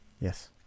Yes